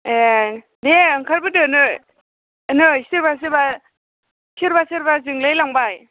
ए' दे ओंखारबोदो नै नै सोरबा सोरबा सोरबा सोरबा जोंलाय लांबाय